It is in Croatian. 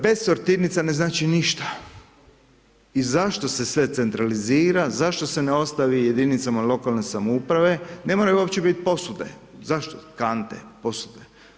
Bez sortirnice ne znači ništa i zašto se sve centralizira, zašto se ne ostavi jedinicama lokalne samouprave, ne moraju uopće bit posude, zašto kante, posude?